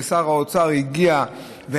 וששר האוצר והממשלה,